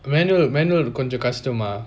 manual manual கொஞ்சம் கஷ்டமா:konjam kashtama